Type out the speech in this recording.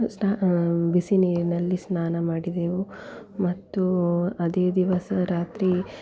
ಸ್ನಾ ಬಿಸಿ ನೀರಿನಲ್ಲಿ ಸ್ನಾನ ಮಾಡಿದೆವು ಮತ್ತು ಅದೇ ದಿವಸ ರಾತ್ರಿ